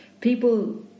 People